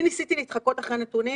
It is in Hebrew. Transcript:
אני ניסיתי להתחקות אחרי נתונים,